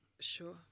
sure